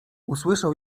usłyszał